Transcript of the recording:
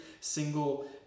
single